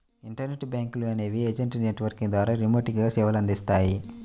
internet బ్యాంకులు అనేవి agent network ద్వారా రిమోట్గా సేవలనందిస్తాయి